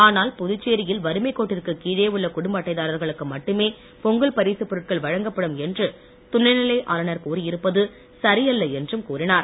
ஆனால் புதுச்சேரியில் வறுமைக் கோட்டிற்கு கீழே உள்ள குடும்ப அட்டைதாரர்களுக்கு மட்டுமே பொங்கல் பரிசுப் பொருட்கள் வழங்கப்படும் என்று துணை நிலை ஆளுநர் கூறியிருப்பது சரியல்ல என்றும் கூறினார்